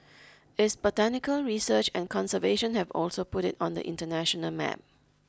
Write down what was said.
its botanical research and conservation have also put it on the international map